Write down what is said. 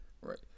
right